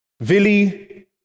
Vili